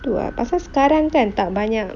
tu ah pasal sekarang kan tak banyak